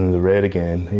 red again,